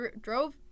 drove